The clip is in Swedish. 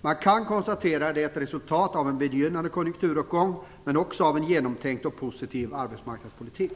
Man kan konstatera att det är ett resultat av en begynnande konjunkturuppgång men också av en genomtänkt och positiv arbetsmarknadspolitik.